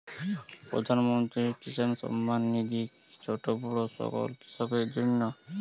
প্রধানমন্ত্রী কিষান সম্মান নিধি কি ছোটো বড়ো সকল কৃষকের জন্য?